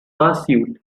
pursuit